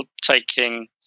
taking